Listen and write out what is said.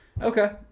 okay